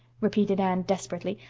repeated anne desperately.